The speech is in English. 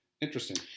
Interesting